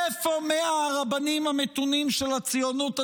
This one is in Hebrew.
איפה 100 הרבנים המתונים של הציונות הדתית,